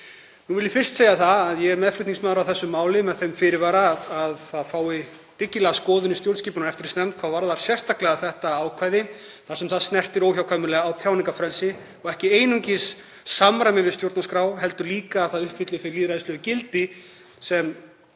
Ég vil fyrst segja að ég er meðflutningsmaður á þessu máli með þeim fyrirvara að það fái dyggilega skoðun í stjórnskipunar- og eftirlitsnefnd hvað varðar sérstaklega þetta ákvæði þar sem það snertir óhjákvæmilega á tjáningarfrelsi, og ekki einungis að það sé í samræmi við stjórnarskrá heldur líka að það uppfylli þau lýðræðislegu gildi sem